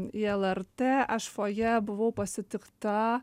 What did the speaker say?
į lrt aš foje buvau pasitikta